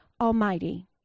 Almighty